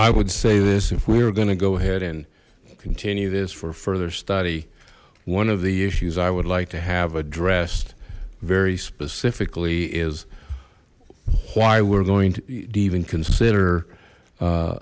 i would say this if we are going to go ahead and continue this for further study one of the issues i would like to have addressed very specifically is why we're going to even consider